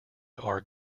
are